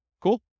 Cool